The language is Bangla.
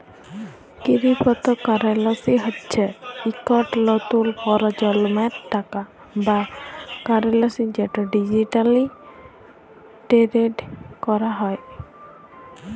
কিরিপতো কারেলসি হচ্যে ইকট লতুল পরজলমের টাকা বা কারেলসি যেট ডিজিটালি টেরেড ক্যরা হয়